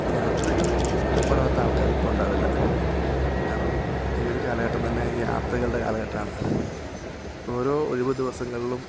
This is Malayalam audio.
യാത്രകൾ ഇഷ്ടപ്പെടാത്ത ആള്ക്കാരിപ്പോൾ ഉണ്ടാകില്ല കാരണം ഈയൊരു കാലഘട്ടം തന്നെ യാത്രകളുടെ കാലഘട്ടമാണ് ഓരോ ഒഴിവു ദിവസങ്ങളിലും